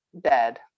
dead